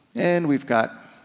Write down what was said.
and we've got